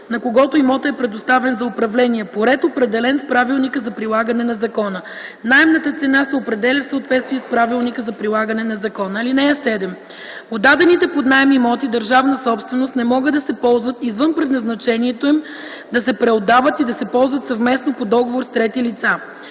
на когото имотът е предоставен за управление, по ред, определен в правилника за прилагане на закона. Наемната цена се определя в съответствие с правилника за прилагане на закона. (7) Отдадените под наем имоти – държавна собственост, не могат да се ползват извън предназначението им, да се преотдават и да се ползват съвместно по договор с трети лица.